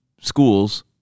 schools